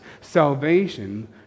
salvation